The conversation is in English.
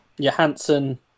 Johansson